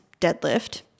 deadlift